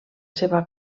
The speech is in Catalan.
seva